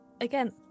again